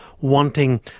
wanting